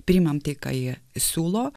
priimam tai ką jie siūlo